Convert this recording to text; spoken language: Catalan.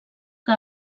que